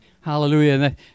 Hallelujah